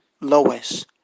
Lois